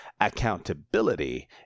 accountability